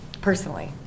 Personally